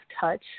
touch